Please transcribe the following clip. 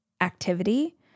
activity